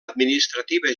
administrativa